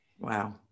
Wow